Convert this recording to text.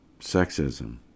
sexism